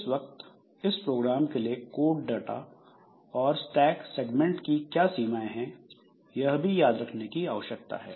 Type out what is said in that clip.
इस वक्त इस प्रोग्राम के लिए कोड डाटा और स्टैक सेगमेंट की क्या सीमायें है यह भी याद रखने की आवश्यकता है